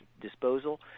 disposal